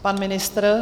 Pan ministr?